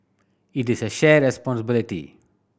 it is a shared responsibility